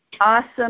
awesome